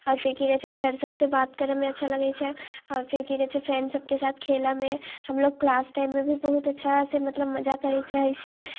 आओर फिर की कहै छै सर सभसँ बात करैमे अच्छा लगै छै आओर फिर की कहै छै फ्रेण्ड सभके साथ खेलऽमे हमलोग क्लास टाइममे भी बहुत अच्छासँ मतलब मजा करैत रहै छियै